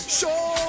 Show